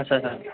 अच्छा अच्छा